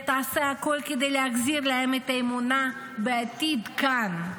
תעשה הכול כדי להחזיר להם את האמונה בעתיד כאן.